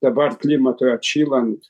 dabar klimatui atšylant